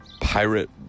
pirate